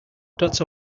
dots